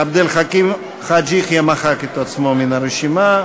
עבד אל חכים חאג' יחיא מחק את עצמו מן הרשימה,